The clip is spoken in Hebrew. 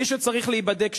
מי שצריך להיבדק,